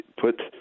put